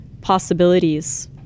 possibilities